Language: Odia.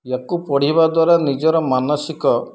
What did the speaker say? ଏହାକୁ ପଢ଼ିବା ଦ୍ୱାରା ନିଜର ମାନସିକ